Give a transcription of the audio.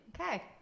Okay